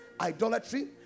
idolatry